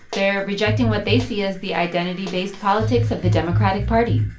they're rejecting what they see as the identity-based politics of the democratic party